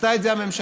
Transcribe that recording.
עשתה את זה הממשלה.